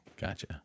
gotcha